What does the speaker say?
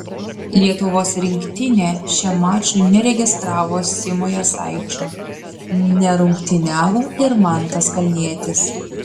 lietuvos rinktinė šiam mačui neregistravo simo jasaičio nerungtyniavo ir mantas kalnietis